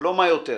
לא מה שיותר.